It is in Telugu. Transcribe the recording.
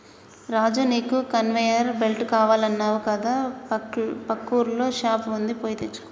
రాజు నీకు కన్వేయర్ బెల్ట్ కావాలన్నావు కదా పక్కూర్ల షాప్ వుంది పోయి తెచ్చుకో